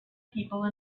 people